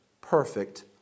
perfect